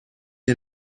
این